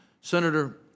Senator